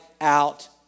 out